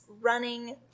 running